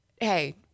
Hey